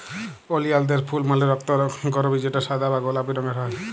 ওলিয়ালদের ফুল মালে রক্তকরবী যেটা সাদা বা গোলাপি রঙের হ্যয়